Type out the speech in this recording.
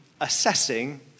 assessing